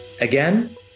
Again